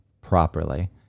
properly